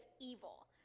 evil